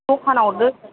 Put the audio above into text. दखानाव दोनो